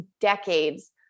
decades